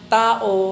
tao